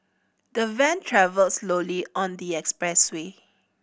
the van travelled slowly on the expressway